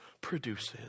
produces